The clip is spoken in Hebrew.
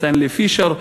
סטנלי פישר,